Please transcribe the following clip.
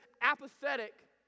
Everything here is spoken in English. apathetic